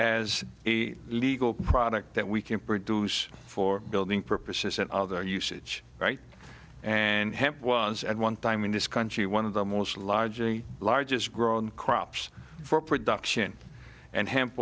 as a legal product that we can produce for building purposes and other usage right and hemp was at one time in this country one of the most large and largest growing crops for production and h